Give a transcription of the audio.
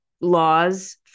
laws